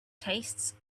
tastes